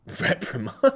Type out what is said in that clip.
reprimand